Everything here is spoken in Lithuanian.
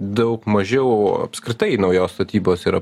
daug mažiau o apskritai naujos statybos yra